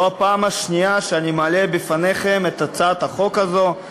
זו הפעם השנייה שאני מעלה לפניכם את הצעת החוק הזאת.